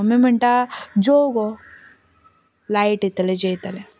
mummy म्हणटा जेव गो लायट येतलें जेयतलें